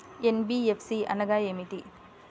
NBFC అనగా ఏమిటీ?